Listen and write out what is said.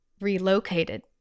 relocated